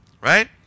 right